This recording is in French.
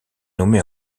nommée